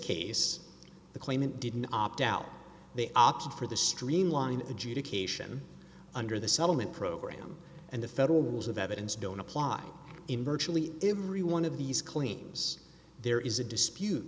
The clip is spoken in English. case the claimant didn't opt out they opted for the streamlined adjudication under the settlement program and the federal rules of evidence don't apply in virtually every one of these claims there is a dispute